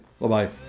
Bye-bye